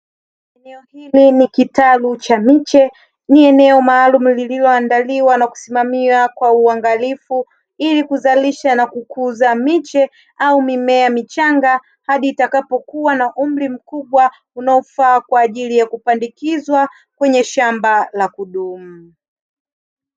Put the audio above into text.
Eneo hili ni kitalu cha miche. Ni eneo maalumu lililoandaliwa na kusimamiwa kwa uangalifu ili kuzalisha na kukuza miche au mimea michanga hadi itakapokuwa na umri mkubwa unaufaa kwa ajili ya kupandikizwa kwenye shamba la kudumu.